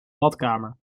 badkamer